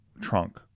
trunk